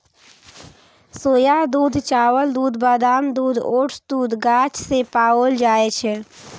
सोया दूध, चावल दूध, बादाम दूध, ओट्स दूध गाछ सं पाओल जाए छै